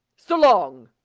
s'long!